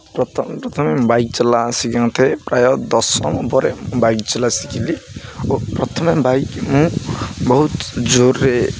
ପ୍ରଥମେ ପ୍ରଥମେ ବାଇକ୍ ଚଲା ଶିଖିନଥାଏ ପ୍ରାୟ ଦଶମ ଉପରେ ମୁଁ ବାଇକ୍ ଚଲା ଶିଖିଲି ଓ ପ୍ରଥମେ ବାଇକ୍ ମୁଁ ବହୁତ ଜୋର୍ରେ